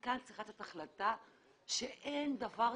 ומכאן צריכה לתת החלטה שאין דבר כזה.